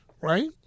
right